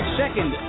second